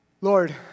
Lord